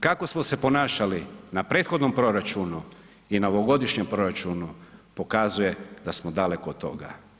Kako smo se ponašali na prethodnom proračunu i na ovogodišnjem proračunu pokazuje da smo daleko od toga.